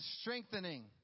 strengthening